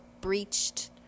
breached